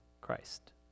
Christ